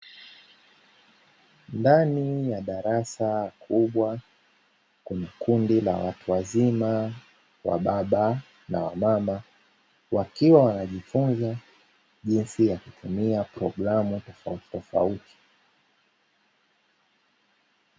Ndani ya darasa kubwa kuna kundi la watu wazima, wababa na wamama, wakiwa wanajifunza jinsi ya kutumia programu tofautitofauti.